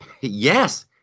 Yes